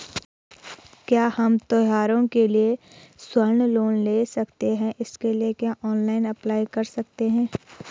क्या हम त्यौहारों के लिए स्वर्ण लोन ले सकते हैं इसके लिए क्या ऑनलाइन अप्लाई कर सकते हैं?